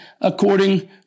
according